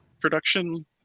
production